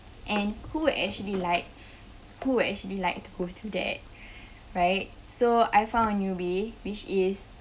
and who actually like who actually like to go through that right so I found a new way which is